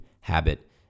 habit